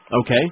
Okay